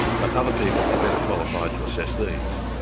but other people are better qualified to assess these.